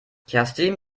kerstin